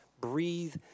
breathe